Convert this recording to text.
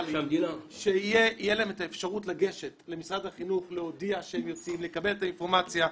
שתהיה להם האפשרות לגשת למשרד החינוך לקבל את האינפורמציה.